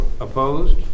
Opposed